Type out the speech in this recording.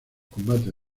combates